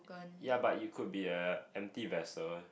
ya but you could be a empty vessel